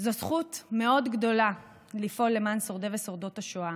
זאת זכות מאוד גדולה לפעול למען שורדי ושורדות השואה,